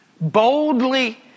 Boldly